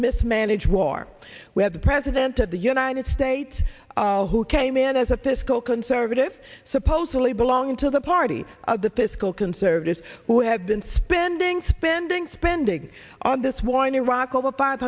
mismanaged war where the president of the united states who came in as a fiscal conservative supposedly belong to the party of the fiscal conservatives who have been spending spending spending on this war in iraq over five